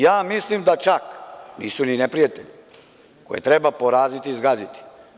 Ja mislim da čak nisu ni neprijatelji koje treba poraziti i zgaziti.